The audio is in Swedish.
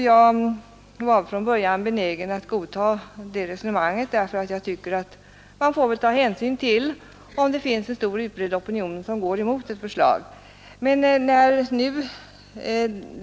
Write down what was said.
Jag var från början benägen att godta det resonemanget, därför att jag tycker att man får ta hänsyn till en stor och utbredd opinion som går emot ett förslag.